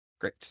Great